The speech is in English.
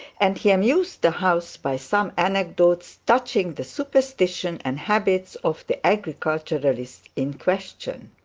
and he amused the house by some anecdotes touching the superstition and habits of the agriculturists in question.